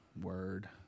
word